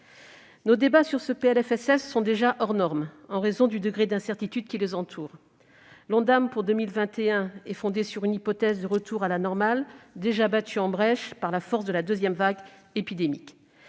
Les débats sur ce PLFSS sont hors normes, en raison du degré d'incertitude qui les entoure. L'Ondam pour 2021 est fondé sur une hypothèse de retour à la normale, déjà battue en brèche par la force de la deuxième vague épidémique.